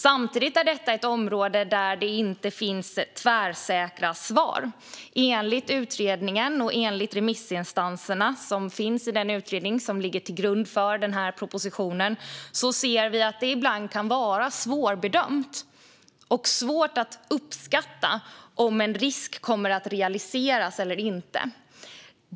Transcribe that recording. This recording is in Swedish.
Samtidigt är det här ett område där det inte finns tvärsäkra svar. Enligt den utredning som ligger till grund för propositionen och enligt de remissinstanser som finns i utredningen kan det ibland vara svårbedömt och svårt att uppskatta om en risk kommer att realiseras eller inte.